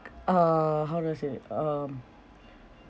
uh how do I say um